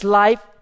life